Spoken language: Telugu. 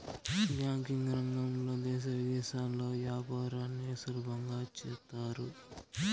బ్యాంకింగ్ రంగంలో దేశ విదేశాల్లో యాపారాన్ని సులభంగా చేత్తారు